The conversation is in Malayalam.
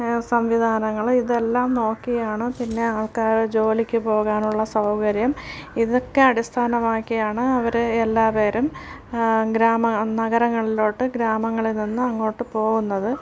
സംവിധാനങ്ങൾ ഇതെല്ലം നോക്കിയാണ് പിന്നെ ആൾക്കാർ ജോലിക്ക് പോകാനുള്ള സൗകര്യം ഇതൊക്കെ അടിസ്ഥാനമാക്കിയാണ് അവർ എല്ലാവരും ഗ്രാമ നഗരങ്ങളിലോട്ട് ഗ്രാമങ്ങളിൽ നിന്നും അങ്ങോട്ട് പോകുന്നത്